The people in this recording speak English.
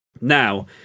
Now